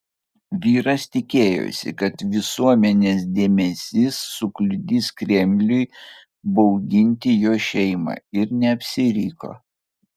vyras tikėjosi kad visuomenės dėmesys sukliudys kremliui bauginti jo šeimą ir neapsiriko